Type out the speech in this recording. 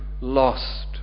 lost